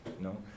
No